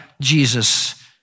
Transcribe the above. Jesus